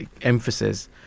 emphasis